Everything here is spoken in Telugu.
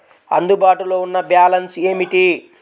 అందుబాటులో ఉన్న బ్యాలన్స్ ఏమిటీ?